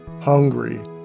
hungry